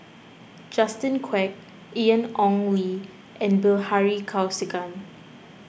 Justin Quek Ian Ong Li and Bilahari Kausikan